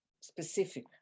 specific